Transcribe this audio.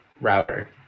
router